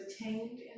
attained